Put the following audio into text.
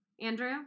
Andrew